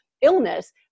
illness